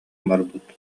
барбыт